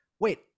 wait